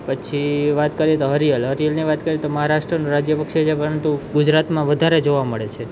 પછી વાત કરીએ તો હરિયલ હરિયલની વાત કરીએ તો મહારાષ્ટ્રનું રાજ્ય પક્ષી છે પરંતુ ગુજરાતમાં વધારે જોવા મળે છે